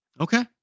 Okay